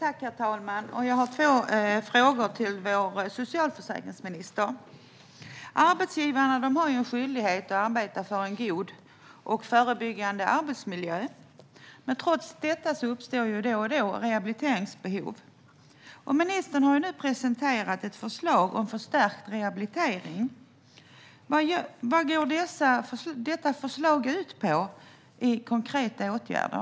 Herr talman! Jag har två frågor till vår socialförsäkringsminister. Arbetsgivarna har en skyldighet att arbeta för en god och förebyggande arbetsmiljö, men trots detta uppstår då och då rehabiliteringsbehov. Ministern har nu presenterat ett förslag om förstärkt rehabilitering. Vad går detta förslag ut på i form av konkreta åtgärder?